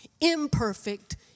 imperfect